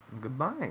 Goodbye